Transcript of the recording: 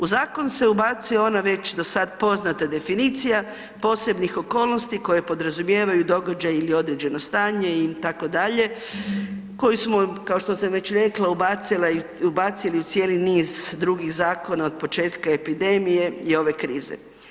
U zakon se ubacuje ona već do sada poznata definicija posebnih okolnosti koje podrazumijevaju događaje ili određeno stanje itd., koji smo kao što sam već rekla, ubacili u cijeli niz drugih zakona od početka epidemije i ove krize.